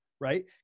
right